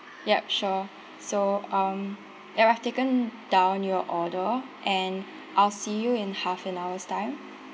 yup sure so um yup I've taken down your order and I'll see you in half an hour's time